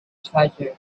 treasure